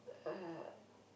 uh